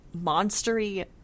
monstery